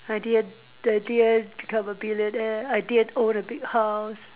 I didn't I didn't become a billionaire I didn't own a big house